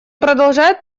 продолжает